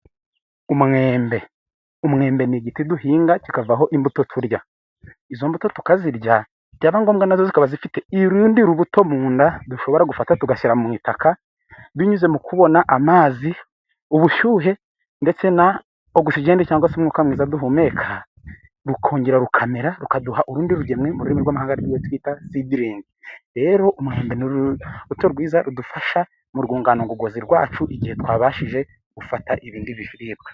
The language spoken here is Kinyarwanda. Umwembe, umwembe n'igiti duhinga kikavaho imbuto turya, izo mbuto tukazirya byaba ngombwa nazo zikaba zifite urundi rubuto mu nda dushobora gufata tugashyira mu itaka binyuze mu kubona amazi, ubushyuhe ndetse na ogisigene cyangwa se umwuka mwiza duhumeka, rukongera rukamera rukaduha urundi rugero twita sidiringi rero umwembe n'urubuto rwiza rudufasha mu rwungano ngogozi rwacu igihe twabashije gufata ibindi biribwa.